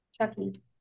Chucky